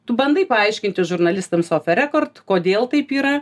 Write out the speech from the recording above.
tu bandai paaiškinti žurnalistams oferekort kodėl taip yra